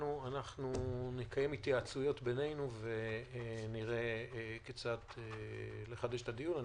ששמענו אנחנו נקיים התייעצויות בינינו ונראה כיצד לחדש את הדיון.